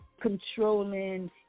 controlling